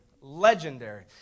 Legendary